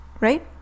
Right